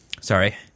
Sorry